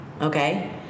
okay